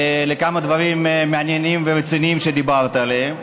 ולכמה דברים מעניינים ורציניים שדיברת עליהם.